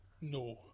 No